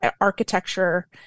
architecture